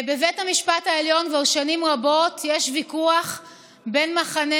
בבית המשפט העליון כבר שנים רבות יש ויכוח בין מחנה